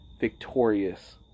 victorious